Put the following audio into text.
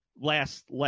last